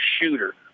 shooter